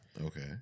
Okay